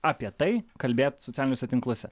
apie tai kalbėt socialiniuose tinkluose